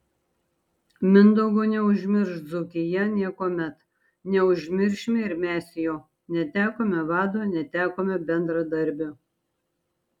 mindaugo neužmirš dzūkija niekuomet neužmiršime ir mes jo netekome vado netekome bendradarbio